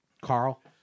Carl